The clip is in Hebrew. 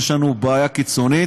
יש לנו בעיה קיצונית,